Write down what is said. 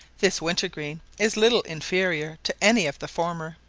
this winter-green is little inferior to any of the former.